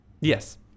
Yes